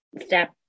step